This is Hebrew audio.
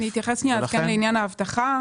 אני אתייחס לעניין האבטחה.